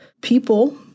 people